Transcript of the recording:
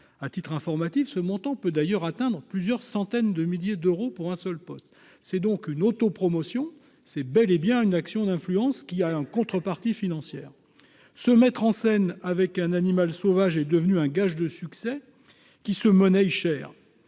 à titre informatif. Ce montant peut d'ailleurs atteindre plusieurs centaines de milliers d'euros pour un seul poste. C'est donc une promotion, c'est bel et bien une action, d'influence qui a une contrepartie financière se mettre en scène avec un animal sauvage est devenue un gage de succès qui se monnayent cher,